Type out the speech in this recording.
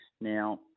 Now